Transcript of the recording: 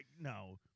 no